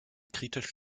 kritisch